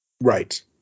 Right